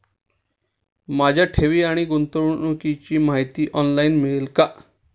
माझ्या ठेवी आणि गुंतवणुकीची माहिती ऑनलाइन मिळेल का?